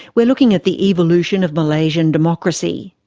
we're looking at the evolution of malaysian democracy.